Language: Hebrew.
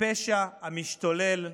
הפשע המשתולל.